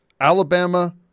Alabama